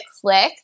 click